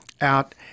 out